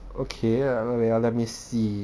okay err wait ah let me see